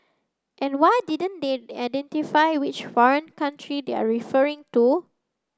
and why didn't they identify which foreign country they're referring to